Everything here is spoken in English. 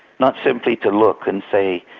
not simply to look and say,